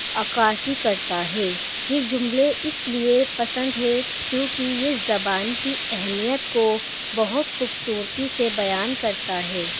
عکاسی کرتا ہے یہ جملے اس لیے پسند ہے کیونکہ یہ زبان کی اہمیت کو بہت خوبصورتی سے بیان کرتا ہے